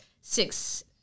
six